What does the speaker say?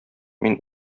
мин